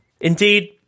Indeed